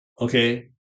okay